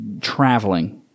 traveling